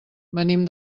venim